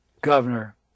governor